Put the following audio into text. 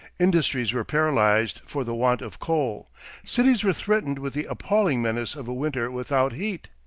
industries were paralyzed for the want of coal cities were threatened with the appalling menace of a winter without heat.